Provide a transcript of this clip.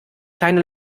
keine